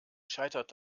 scheitert